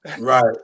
Right